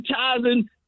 advertising